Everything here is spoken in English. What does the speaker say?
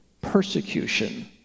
persecution